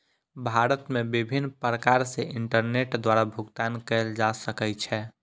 भारत मे विभिन्न प्रकार सॅ इंटरनेट द्वारा भुगतान कयल जा सकै छै